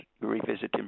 revisiting